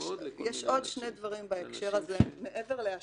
5,000. צריך להגיד,